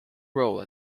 role